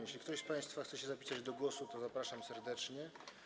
Jeżeli ktoś z państwa chce zapisać się do głosu, to zapraszam serdecznie.